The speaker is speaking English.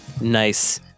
nice